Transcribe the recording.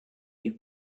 you